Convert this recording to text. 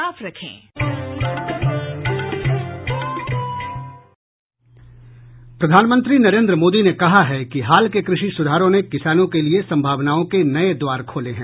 sound bite प्रधानमंत्री नरेन्द्र मोदी ने कहा है कि हाल के कृषि सुधारों ने किसानों के लिए संभावनाओं के नए द्वार खोले हैं